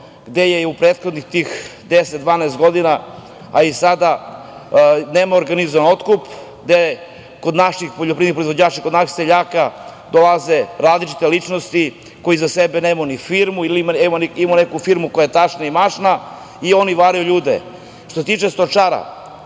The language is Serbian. posao. U prethodnih 10-12 godina, a i sada, nema organizovanog otkupa, kod naših poljoprivrednih proizvođača, kod naših seljaka dolaze različite ličnosti koje iza sebe nemaju ni firmu ili imaju neku firmu koja je i tašna i mašna i oni varaju ljude. Što se tiče stočarstva,